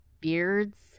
beards